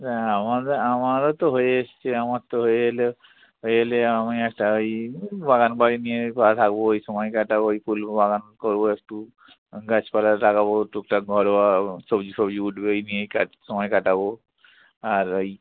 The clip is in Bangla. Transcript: হ্যাঁ আমার আমারও তো হয়ে এসছে আমার তো হয়ে এলে হয়ে এলে আমি একটা ওই বাগানবাড়ি নিয়ে থাকবো ওই সময় কাটাবো ওই করবো বাগান করবো একটু গাছপালা লাগাব টুকটাক ঘরোয়া সবজি সবজি উঠবে ও নিয়ে কাজ সময় কাটাবো আর ওই